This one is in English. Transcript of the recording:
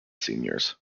seniors